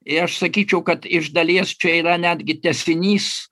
ir aš sakyčiau kad iš dalies čia yra netgi tęsinys